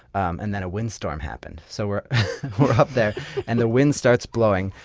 and then a windstorm happened. so we're up there and the wind starts blowing,